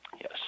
Yes